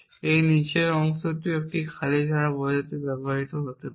এই নীচের অংশটিও একটি খালি ধারা বোঝাতে ব্যবহার করা যেতে পারে